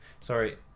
Sorry